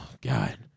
God